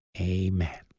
Amen